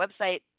website